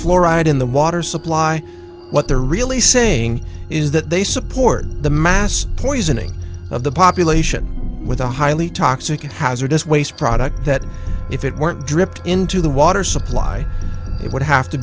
fluoride in the water supply what they're really saying is that they support the mass poisoning of the population with a highly toxic hazardous waste product that if it weren't dripped into the water supply it would have to